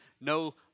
no